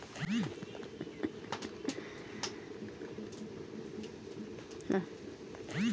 rice huller হতিছে গটে রকমের যন্ত্র জেতাতে ধান থেকে চাল বানানো হতিছে